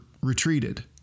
retreated